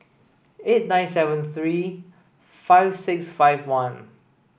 eight nine seven three five six five one